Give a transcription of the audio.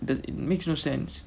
does it makes no sense